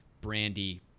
Brandy